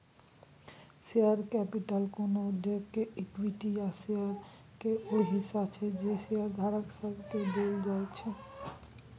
share capital कोनो उद्योग केर इक्विटी या शेयर केर ऊ हिस्सा छै जे शेयरधारक सबके देल जाइ छै